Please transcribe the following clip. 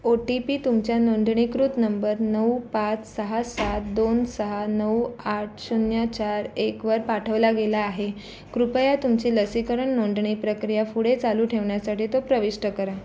ओ T P तुमच्या नोंदणीकृत number नऊ पाच सहा सात दोन सहा नऊ आठ शून्य चार एकवर पाठवला गेला आहे कृपया तुमची लसीकरण नोंदणी प्रक्रिया पुढे चालू ठेवण्यासाठी तो प्रविष्ट करा